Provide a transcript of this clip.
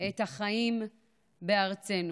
את החיים בארצנו.